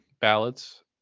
ballots